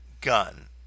gun